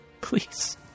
Please